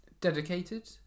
Dedicated